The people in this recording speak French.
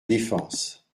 défense